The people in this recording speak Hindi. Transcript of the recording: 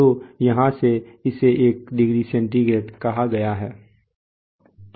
तो यहाँ इसे एक डिग्री सेंटीग्रेड कहा गया है